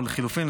או לחלופין,